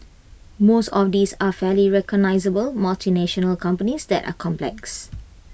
most of these are fairly recognisable multinational companies that are complex